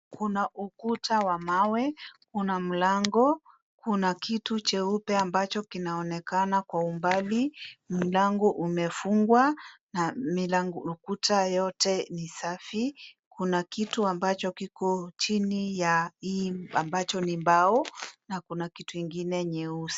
Kuna ukuta wa mawe, kuna mlango, kuna kitu cheupe ambacho kinaonekana kwa umbali. Mlango umefungwa na milango ya ukuta yote ni safi. Kuna kitu ambacho kiko chini ya hii ambacho ni mbao na kuna kitu ingine nyeusi .